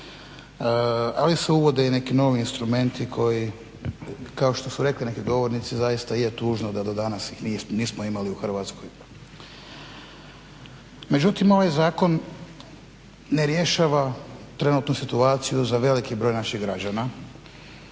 Ali se uvode i neki novi instrumenti koji kao što su rekli neki govornici zaista je tužno da do danas ih nismo imali u Hrvatskoj. Međutim, ovaj zakon ne rješava trenutnu situaciju za veliki broj naših građana